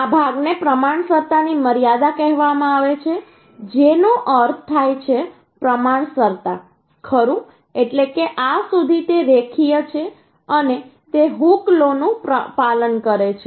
આ ભાગને પ્રમાણસરતા ની મર્યાદા કહેવામાં આવે છે જેનો અર્થ થાય છે પ્રમાણસરતા ખરું એટલે કે આ સુધી તે રેખીય છે અને તે હૂક લોનું પાલન કરે છે